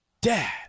Dad